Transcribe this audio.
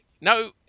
No